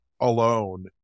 alone